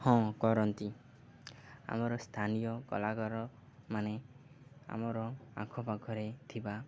ହଁ କରନ୍ତି ଆମର ସ୍ଥାନୀୟ କଳାକାର ମାନେ ଆମର ଆଖପାଖରେ ଥିବା